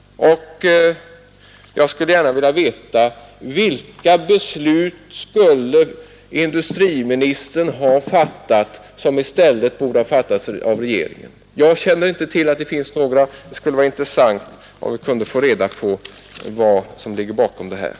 Jag skulle gärna vilja veta: Vilka beslut skulle industriministern ha fattat som i stället borde ha fattats av regeringen? Jag känner inte till att det finns några. Det skulle vara intressant om vi kunde få reda på vad som ligger bakom detta.